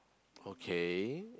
okay